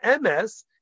MS